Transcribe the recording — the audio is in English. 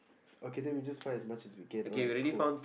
okay then we just find as much as we can alright cool